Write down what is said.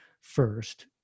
first